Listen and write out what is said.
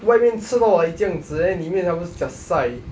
外面吃到 like 这样子 then 里面他们 jiak sai